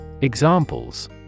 Examples